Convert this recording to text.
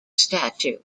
statue